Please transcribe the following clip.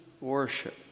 worship